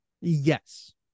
Yes